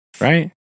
right